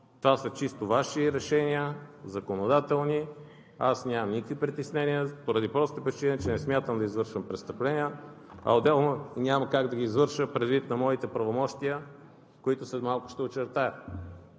Това са чисто Ваши решения, законодателни. Аз нямам никакви притеснения, поради простата причина че не смятам да извършвам престъпления, а отделно няма как да ги извърша, предвид моите правомощия, които след малко ще очертая.